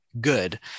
good